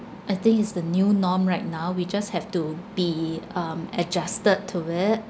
I think is the new norm right now we just have to be um adjusted to it